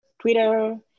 Twitter